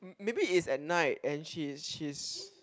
m~ maybe it's at night and she she is